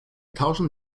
tauschen